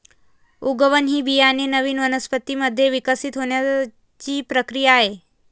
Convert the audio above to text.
उगवण ही बियाणे नवीन वनस्पतीं मध्ये विकसित होण्याची प्रक्रिया आहे